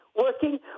Working